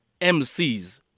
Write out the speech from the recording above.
MCs